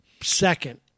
second